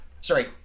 Sorry